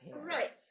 Right